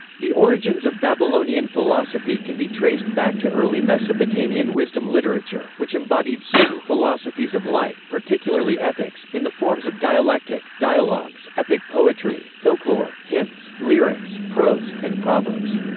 the origins of babylonian philosophy can be traced back to early mesopotamian wisdom literature, which embodied certain philosophies of life, particularly ethics, in the forms of dialectic, dialogs, epic poetry, folklore, hymns, lyrics, prose, and proverbs.